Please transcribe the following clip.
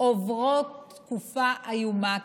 עוברות תקופה איומה,